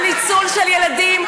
על ניצול של ילדים,